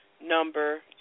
number